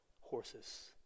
horses